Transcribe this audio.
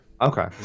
okay